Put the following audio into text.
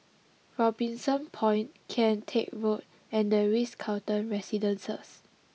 Robinson Point Kian Teck Road and the Ritz Carlton Residences